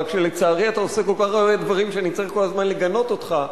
רק שלצערי אתה עושה כל כך הרבה דברים שאני צריך כל הזמן לגנות אותך.